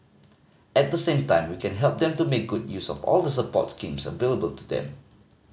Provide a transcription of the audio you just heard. at the same time we can help them to make good use of all the support schemes available to them